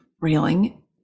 reeling